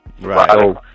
Right